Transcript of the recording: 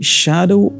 shadow